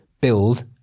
build